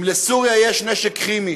אם לסוריה יש נשק כימי